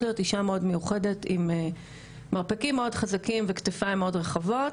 להיות אישה מאוד מיוחדת עם מרפקים מאוד חזקים וכתפיים מאוד רחבות,